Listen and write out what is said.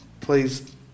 please